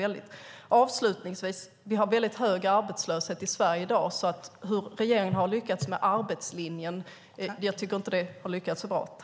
Avslutningsvis har vi väldigt hög arbetslöshet i Sverige i dag, så jag tycker inte att regeringen har lyckats så bra med arbetslinjen.